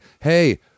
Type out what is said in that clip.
hey